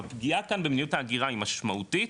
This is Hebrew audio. הפגיעה כאן במדיניות ההגירה היא משמעותית,